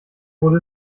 wurde